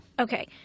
Okay